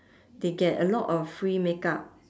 they get a lot of free makeup